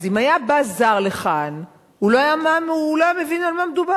אז אם היה בא זר לכאן הוא לא היה מבין על מה מדובר.